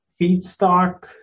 Feedstock